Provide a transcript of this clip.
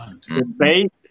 Debate